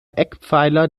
eckpfeiler